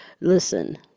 listen